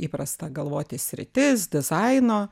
įprasta galvoti sritis dizaino